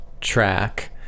track